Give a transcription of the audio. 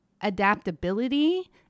adaptability